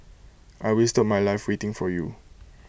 I wasted my life waiting for you